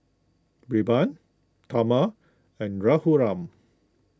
Birbal Tharman and Raghuram